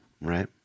Right